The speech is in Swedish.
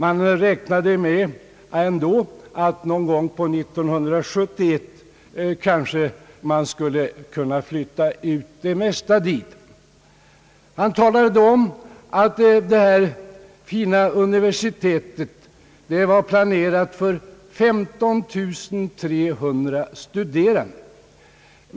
Man räknade ändå med att någon gång 1971 kanske kunna flytta ut det mesta dit. Han talade också om att detta fina universitet var planerat för 15 300 studerande.